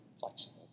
flexible